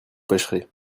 pêcherez